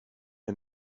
est